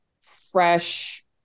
fresh